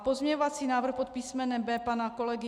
Pozměňovací návrh pod písmenem B pana kolegy